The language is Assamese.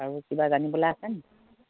আৰু কিবা জানিবলৈ আছে নেকি